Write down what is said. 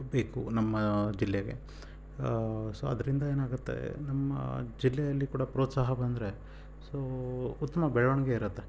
ಬೇಕು ನಮ್ಮ ಜಿಲ್ಲೆಗೆ ಸೊ ಅದರಿಂದ ಏನಾಗುತ್ತೆ ನಮ್ಮ ಜಿಲ್ಲೆಯಲ್ಲಿ ಕೂಡ ಪ್ರೋತ್ಸಾಹ ಬಂದರೆ ಸೊ ಉತ್ತಮ ಬೆಳವಣಿಗೆ ಇರುತ್ತೆ